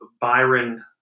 Byron